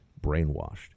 brainwashed